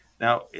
Now